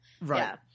Right